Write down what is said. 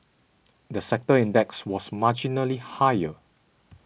the sector index was marginally higher